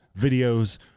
videos